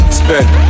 spend